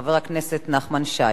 חבר הכנסת נחמן שי,